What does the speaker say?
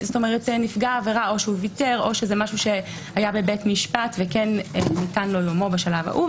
ונפגע העבירה ויתר או משהו שהיה בבית משפט וניתן לו יומו בשלב ההוא,